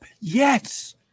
Yes